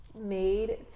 made